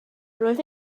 roedd